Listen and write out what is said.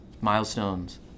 milestones